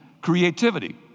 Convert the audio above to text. creativity